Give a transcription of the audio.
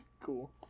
cool